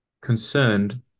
concerned